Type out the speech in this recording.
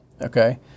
okay